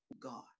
God